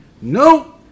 No